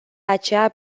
aceea